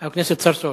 חבר הכנסת צרצור.